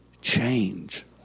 Change